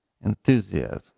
enthusiasm